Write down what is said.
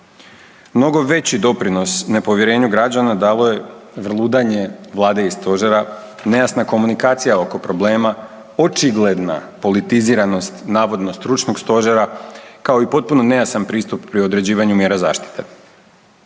Mnogo veći doprinos nepovjerenju građana dalo je vrludanje Vlade i Stožera, nejasna komunikacija oko problema, očigledna politiziranost navodno stručnog stožera kao i potpuno nejasan pristup pri određivanju mjera zaštite.